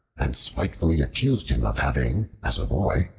and spitefully accused him of having, as a boy,